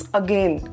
again